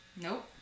Nope